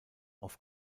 auf